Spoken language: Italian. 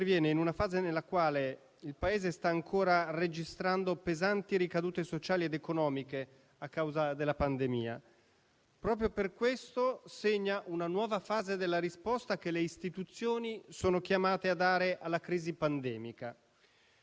La crisi pandemica ha messo ancora più in evidenza fragilità e criticità che affliggono il nostro sistema economico, il rapporto fra amministrazioni pubbliche e cittadini, la capacità competitiva delle imprese e quella complessiva del Paese.